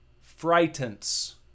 frightens